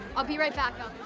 i'll be right back,